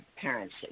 parents